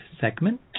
segment